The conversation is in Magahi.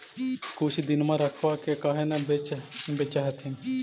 कुछ दिनमा रखबा के काहे न बेच हखिन?